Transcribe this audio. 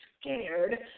scared